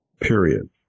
period